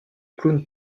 clown